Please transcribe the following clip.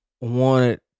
wanted